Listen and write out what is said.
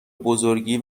بزرگی